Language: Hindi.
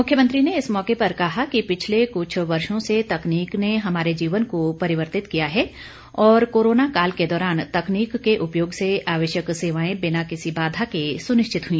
मुख्यमंत्री ने इस मौके पर कहा कि पिछले कुछ वर्षों से तकनीक ने हमारे जीवन को परिवर्तित किया है और कोरोना काल के दौरान तकनीक के उपयोग से आवश्यक सेवाएं बिना किसी बाधा के सुनिश्चित हुई